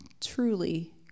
truly